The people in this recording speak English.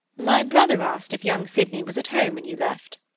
my brother asked if young sydney was at home when you left,